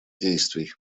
действий